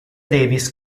davis